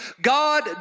God